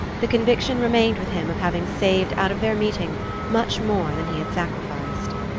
the conviction remained with him of having saved out of their meeting much more than he had sacrificed.